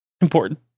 important